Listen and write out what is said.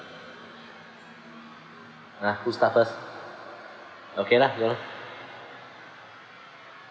ah who start first okay lah go lah